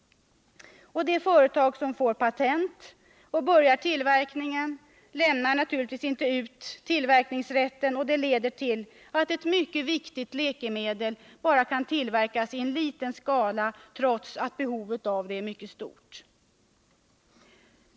Det företag som får patent och börjar tillverkning lämnar naturligtvis inte ut tillverkningsrätten, och det leder till att ett mycket viktigt läkemedel bara kan tillverkas i liten skala, trots att behovet av det är mycket stort.